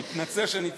אני מתנצל שאני צרוד.